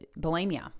bulimia